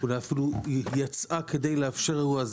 אולי אפילו יצאה כדאי לאפשר אירוע,